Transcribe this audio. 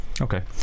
Okay